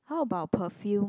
how about perfume